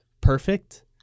perfect